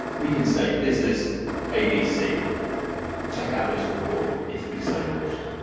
we can say business abc check out this report if we so wished.